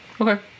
okay